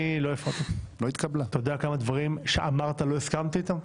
אתה יודע כמה דברים שאמרת לא הסכמת איתם,